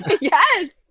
Yes